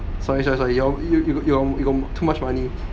sorry sorry sorry your~ your~ you got too much money